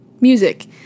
music